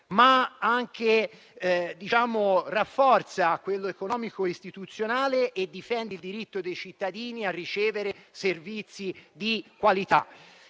ma rafforza anche quello economico e istituzionale e difende il diritto dei cittadini a ricevere servizi di qualità.